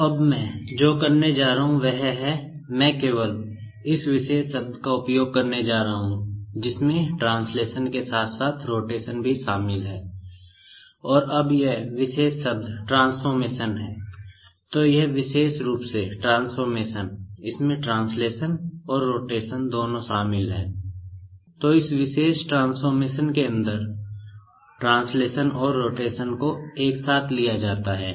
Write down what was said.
तो अब मैं जो करने जा रहा हूं वह है मैं केवल एक विशेष शब्द का उपयोग करने जा रहा हूं जिसमें ट्रांसलेशन को एक साथ लिया जाता है